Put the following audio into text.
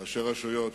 ראשי רשויות.